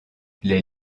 les